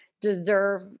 deserve